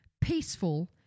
Peaceful